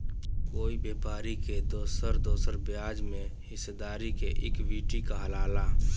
कोई व्यापारी के दोसर दोसर ब्याज में हिस्सेदारी के इक्विटी कहाला